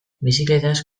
bizikletaz